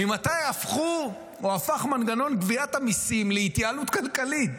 ממתי הפך מנגנון גביית המיסים להתייעלות כלכלית?